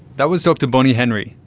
that was dr bonnie henry,